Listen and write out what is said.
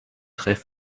traits